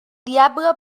diable